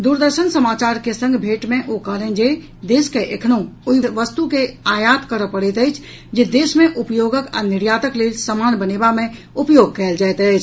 दूरदर्शन समाचार के संग मेंट मे ओ कहलनि जे देश के एखनहूं ओहि वस्तु के आयात करऽ पड़ैत अछि जे देश मे उपयोगक आ निर्यातक लेल सामान बनेबा मे उपयोग कयल जायत अछि